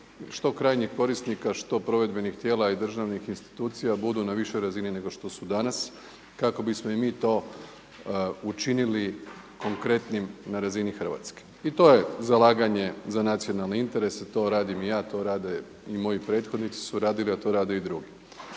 što krajnjih korisnika, što provedbenih tijela i državnih institucija budu na višoj razini nego što su danas kako bismo i mi to učinili konkretnim na razini Hrvatske. I to je zalaganje za nacionalne interese, to radim i ja, to rade i moji prethodnici su radili, a to rade i drugi.